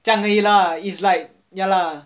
这样而已 lah is like ya lah